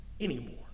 anymore